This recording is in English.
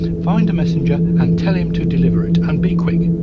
find a messenger and tell him to deliver it, and be quick.